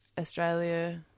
Australia